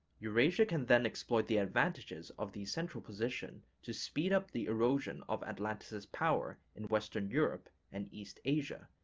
eurasia can then exploit the advantages of the central position to speed up the erosion of atlanticist power in western europe and east asia,